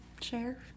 share